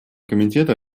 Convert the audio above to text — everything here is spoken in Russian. комитета